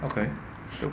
okay